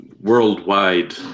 worldwide